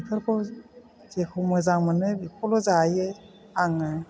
बेफोरखौ जेखौ मोजां मोनो बेखौल' जायो आङो